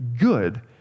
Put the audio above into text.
good